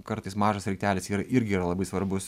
kartais mažas sraigtelis yra irgi yra labai svarbus